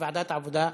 לוועדת העבודה,